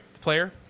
player